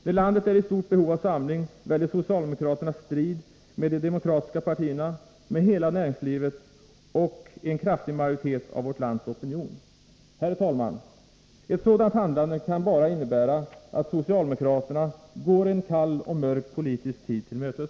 När landet är i stort behov av samling, väljer socialdemokraterna strid med de demokratiska partierna, med hela näringslivet och med en kraftig majoritet av vårt lands opinion. Herr talman! Ett sådant handlande kan bara innebära att socialdemokraterna går en kall och mörk politisk tid till mötes.